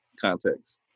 context